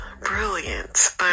brilliant